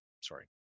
Sorry